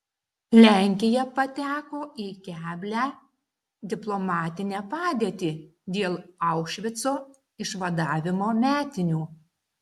lenkija pateko į keblią diplomatinę padėtį dėl aušvico išvadavimo metinių